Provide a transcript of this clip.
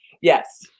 Yes